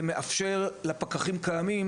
זה מאפשר לפקחים קיימים,